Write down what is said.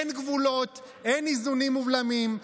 אין גבולות, אין איזונים ובלמים.